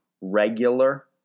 regular